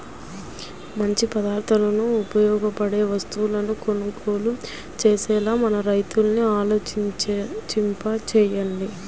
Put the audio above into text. మంచి పద్ధతులకు ఉపయోగపడే వస్తువులను కొనుగోలు చేసేలా మన రైతుల్ని ఆలోచింపచెయ్యాలి